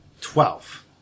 Twelve